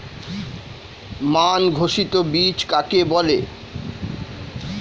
মান ঘোষিত বীজ কাকে বলে?